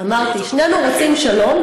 אמרתי: שנינו רוצים שלום,